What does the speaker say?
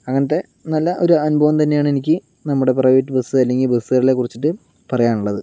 അങ്ങനത്തെ നല്ല ഒരു അനുഭവം തന്നെയാണ് എനിക്ക് നമ്മുടെ പ്രൈവറ്റ് ബസ് അല്ലെങ്കിൽ ബസ്സുകളെ കുറിച്ചിട്ട് പറയാനുള്ളത്